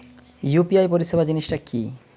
UPI পরিসেবা জিনিসটা কি?